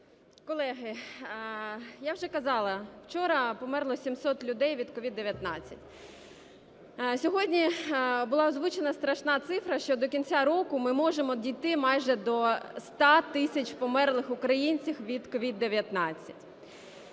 Колеги, я вже казала, вчора померло 700 людей від COVID-19. Сьогодні була озвучена страшна цифра, що до кінця року ми можемо дійти майже до 100 тисяч померлих українців від COVID-19.